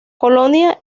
colonia